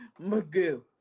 Magoo